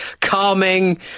calming